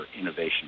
innovation